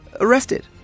arrested